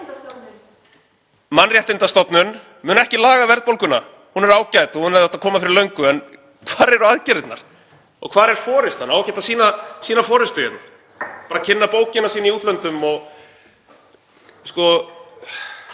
Mannréttindastofnun mun ekki laga verðbólguna. Hún er ágæt og hún hefði átt að koma fyrir löngu, en hvar eru aðgerðirnar og hvar er forystan? Á ekkert að sýna forystu hérna, bara kynna bókina sína í útlöndum?